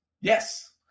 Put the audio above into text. Yes